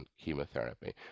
chemotherapy